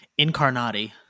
Incarnati